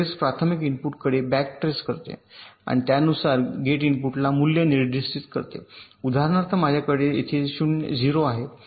प्राथमिक इनपुटकडे back trace करते आणि त्यानुसार गेट इनपुटला मूल्य निर्दिष्ट करते उदाहरणार्थ माझ्याकडे येथे 0 आहे